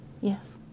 yes